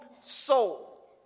soul